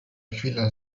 chwila